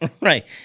Right